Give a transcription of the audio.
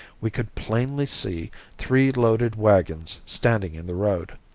we could plainly see three loaded wagons standing in the road.